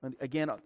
Again